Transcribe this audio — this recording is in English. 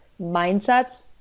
Mindsets